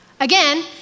Again